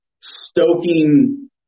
stoking